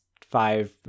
five